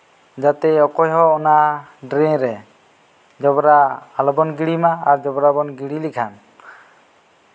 ᱡᱟᱛᱮ ᱚᱠᱚᱭ ᱦᱚᱸ ᱚᱱᱟ ᱰᱨᱮᱱ ᱨᱮ ᱡᱚᱵᱨᱟ ᱟᱞᱚᱵᱚᱱ ᱜᱤᱰᱤᱢᱟ ᱟᱨ ᱡᱚᱵᱨᱟ ᱵᱚᱱ ᱜᱤᱰᱤᱞᱮᱠᱷᱟᱱ